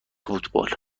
فوتبال